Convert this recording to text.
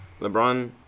LeBron